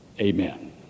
Amen